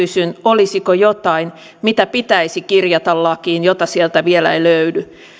kysyn olisiko jotain mitä pitäisi kirjata lakiin mitä sieltä vielä ei löydy